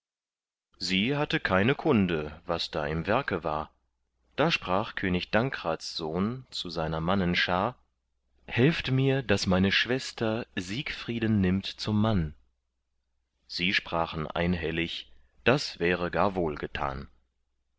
sie hatte keine kunde was da im werke war da sprach könig dankrats sohn zu seiner mannen schar helft mir daß meine schwester siegfrieden nimmt zum mann sie sprachen einhellig das wäre gar